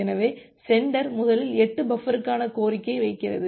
எனவே சென்டர் முதலில் 8 பஃபருக்கான கோரிக்கை வைக்கிறது